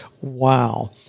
Wow